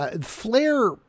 Flair